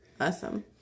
Awesome